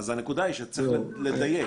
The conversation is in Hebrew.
הנקודה היא שצריך לדייק.